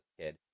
kid